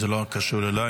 זה לא קשור אליי.